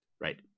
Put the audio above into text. right